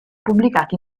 pubblicati